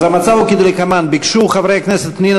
אז המצב הוא כדלקמן: ביקשו חברי הכנסת פנינה